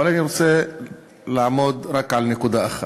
אבל אני רוצה לעמוד רק על נקודה אחת,